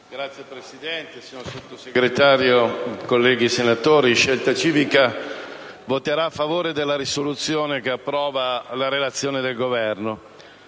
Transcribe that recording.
Signor Presidente, signor Sottosegretario, colleghi senatori, Scelta Civica voterà a favore della risoluzione che approva la Relazione del Governo.